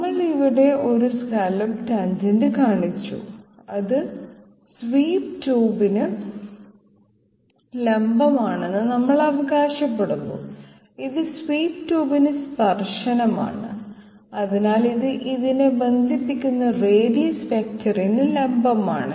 നമ്മൾ ഇവിടെ ഒരു സ്കല്ലോപ്പ് ടാൻജെന്റ് കാണിച്ചു അത് സ്വീപ്പ് ട്യൂബിന് ലംബമാണെന്ന് നമ്മൾ അവകാശപ്പെടുന്നു ഇത് സ്വീപ്പ് ട്യൂബിന് സ്പർശനമാണ് അതിനാൽ ഇത് ഇതിനെ ബന്ധിപ്പിക്കുന്ന റേഡിയസ് വെക്ടറിന് ലംബമാണ്